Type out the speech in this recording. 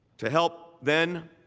to help then